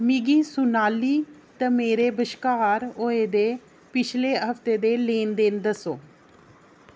मिगी सुनाली ते मेरे बश्कार होए दे पिछले हफ्ते दे लैन देन दस्सो